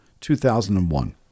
2001